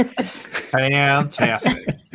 fantastic